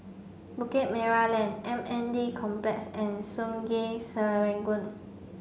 Bukit Merah Lane M N D Complex and Sungei Serangoon